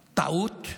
"טעות".